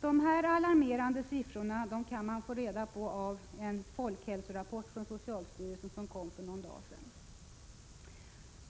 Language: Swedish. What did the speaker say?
Dessa alarmerande siffror kan man få reda på genom en folkhälsorapport från socialstyrelsen som kom häromdagen.